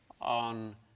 on